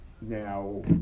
Now